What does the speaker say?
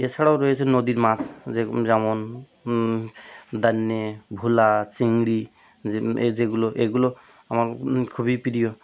এছাড়াও রয়েছে নদীর মাছ যে যেমন দাতনে ভোলা চিংড়ি যে এ যেগুলো এগুলো আমার খুবই প্রিয়